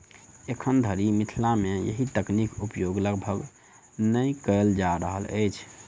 एखन धरि मिथिला मे एहि तकनीक उपयोग लगभग नै कयल जा रहल अछि